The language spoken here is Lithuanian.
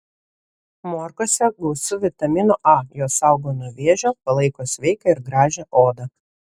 morkose gausu vitamino a jos saugo nuo vėžio palaiko sveiką ir gražią odą